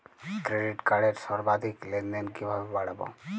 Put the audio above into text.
Credit কার্ডের সর্বাধিক লেনদেন কিভাবে বাড়াবো?